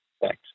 Thanks